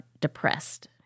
depressed